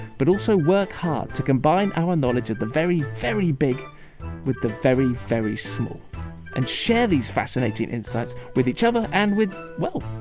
but also work hard to combine our knowledge of the very, very big with the very, very small and share these fascinating insights with each other and with, well,